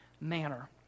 manner